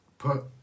put